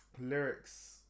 lyrics